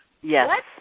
Yes